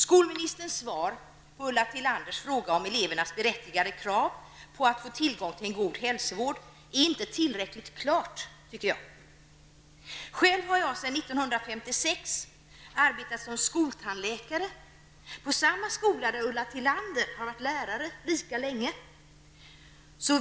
Skolministerns svar på Ulla Tillanders fråga om elevernas berättigade krav på att få tillgång till en god hälsovård är inte tillräckligt klart, tycker jag. Själv har jag sedan 1956 arbetat som skoltandläkare på samma skola som Ulla Tillander har varit lärare vid lika länge.